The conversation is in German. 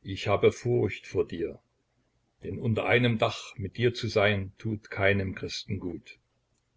ich habe furcht vor dir denn unter einem dach mit dir zu sein tut keinem christen gut